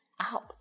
out